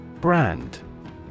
Brand